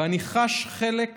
ואני חש חלק